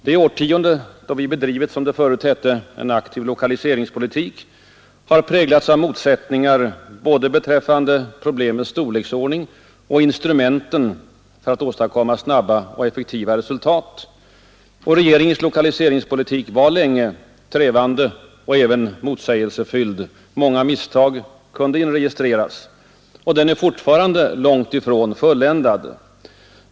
Det årtionde då vi bedrivit en — som det förut hette — aktiv lokaliseringspolitik har präglats av motsättningar beträffande både problemets storleksordning och instrumenten för att åstadkomma snabba och effektiva resultat. Regeringens lokaliseringspolitik var länge trevande och även motsägelsefylld. Många misstag kunde inregistreras. Den är fortfarande långt ifrån fulländad.